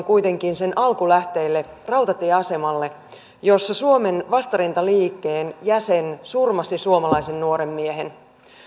kuitenkin sen alkulähteille rautatieasemalle missä suomen vastarintaliikkeen jäsen surmasi suomalaisen nuoren miehen